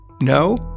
no